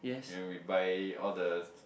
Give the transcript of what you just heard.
then we buy all the